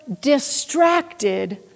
distracted